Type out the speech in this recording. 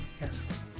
Yes